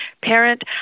parent